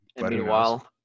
meanwhile